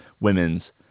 women's